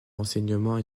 renseignement